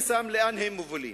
אני שם לב לאן הם מובילים.